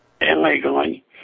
illegally